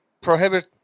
prohibit